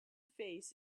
face